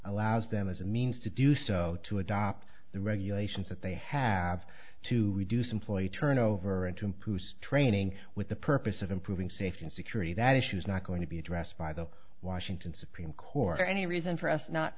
allows them as a means to do so to adopt the regulations that they have to reduce employee turnover and to improve training with the purpose of improving safety and security that issue's not going to be addressed by the washington supreme court or any reason for us not